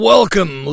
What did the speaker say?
Welcome